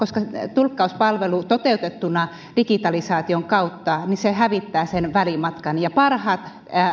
tulkkauspalvelu toteutettuna digitalisaation kautta hävittää sen välimatkan ja parhaita